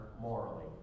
morally